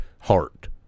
heart